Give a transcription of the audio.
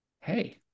hey